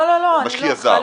לא, לא, חלילה.